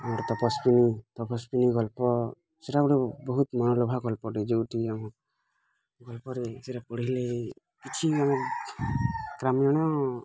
ଆମର ତପସ୍ଵିନୀ ତପସ୍ଵିନୀ ଗଳ୍ପ ସେଇଟା ଗୋଟେ ବହୁତ ମନଲୋଭା ଗଳ୍ପ ଟେ ଯେଉଁଠି ଆମର ଯେପରି ପଢ଼ିଲେ କିଛି ଗ୍ରାମୀଣ